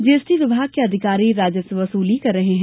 GST विभाग के अधिकारी राजस्व वसूली कर रहे है